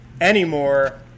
anymore